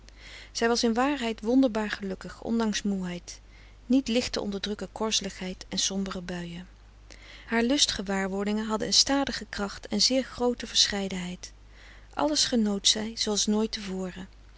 zij was in waarheid wonderbaar gelukkig ondanks moeheid niet licht te onderdrukken korzeligheid en frederik van eeden van de koele meren des doods sombere buien haar lust gewaarwordingen hadden een stadige kracht en zeer groote verscheidenheid alles genoot zij zooals nooit te voren